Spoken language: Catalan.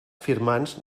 firmants